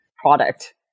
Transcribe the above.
product